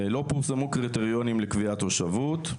לא פורסמו קריטריונים לקביעת תושבות.